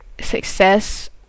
success